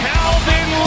Calvin